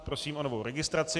Prosím o novou registraci.